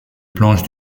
planches